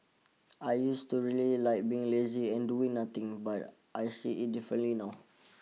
I used to really like being lazy and doing nothing but I see it differently now